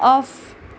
off